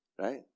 right